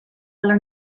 learn